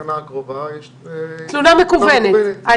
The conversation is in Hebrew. בתחנה הקרובה, יש תלונה מקוונת.